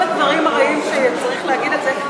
מעבר לכל הדברים הרעים שצריך להגיד על זה,